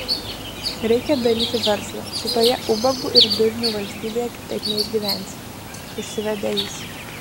reikia daryti verslą šitoje ubagų ir durnių valstybėje kitaip neišgyvensi užsivedė jis